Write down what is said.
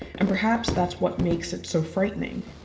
and perhaps that's what makes it so frightening.